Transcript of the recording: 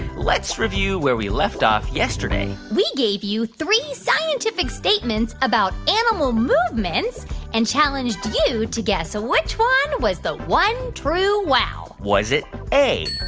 let's review where we left off yesterday we gave you three scientific statements about animal movements and challenged you to guess which one was the one true wow was it a?